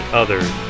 others